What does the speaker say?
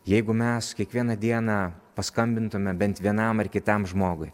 jeigu mes kiekvieną dieną paskambintume bent vienam ar kitam žmogui